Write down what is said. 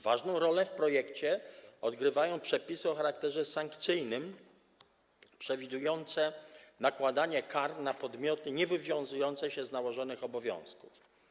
Ważną rolę w projekcie odgrywają przepisy o charakterze sankcyjnym, przewidujące nakładanie kar na podmioty niewywiązujące się z nałożonych obowiązków.